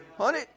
Honey